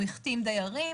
החתים דיירים,